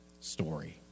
story